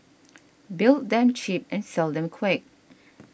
build them cheap and sell them quick